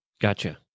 Gotcha